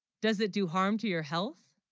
does it do harm to your health